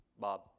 Bob